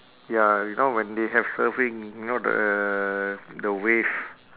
ya if not when they have surfing you know the the wave